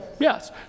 Yes